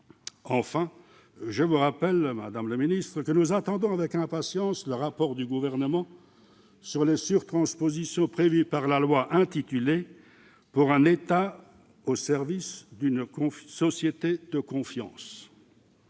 secrétaire d'État, que nous attendons avec impatience le rapport du Gouvernement sur les surtranspositions prévues par la loi pour un État au service d'une société de confiance.